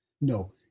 No